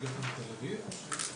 שלום וברכה, סגנית השר, חברתי מיכל